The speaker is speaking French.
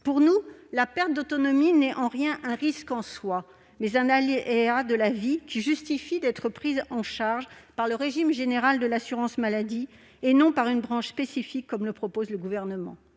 Pour nous, la perte d'autonomie en soi n'est en rien un risque ; c'est un aléa de la vie qui justifie une prise en charge par le régime général de l'assurance maladie, et non par une branche spécifique, comme le propose le Gouvernement.